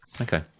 okay